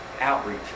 outreach